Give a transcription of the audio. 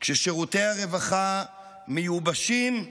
כששירותי הרווחה מיובשים,